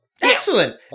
Excellent